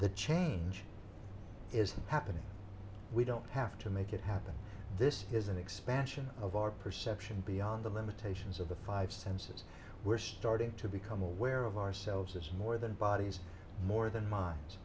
the change is happening we don't have to make it happen this is an expansion of our perception beyond the limitations of the five senses we're starting to become aware of ourselves as more than bodies more than minds